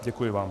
Děkuji vám.